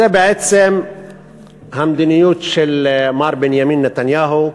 זו בעצם המדיניות של מר בנימין נתניהו,